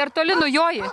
oi ar toli nujoji